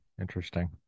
interesting